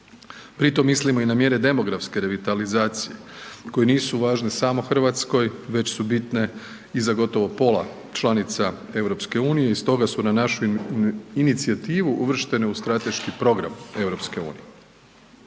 Pritom mislimo i na mjere demografske revitalizacije koje nisu važne samo Hrvatskoj, već su bitne i za gotovo pola članica EU i stoga su na našu inicijativu uvrštene u strateški program EU.